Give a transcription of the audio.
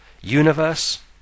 universe